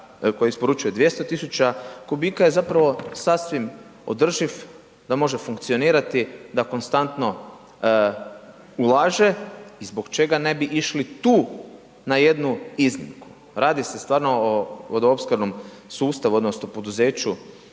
koji isporučuje 200 000 kubika je zapravo sasvim održiv da može funkcionirati, da konstantno ulaže, zbog čega ne bi išli tu na jednu iznimku, radi se stvarno o vodoopskrbnom sustavu odnosno poduzeću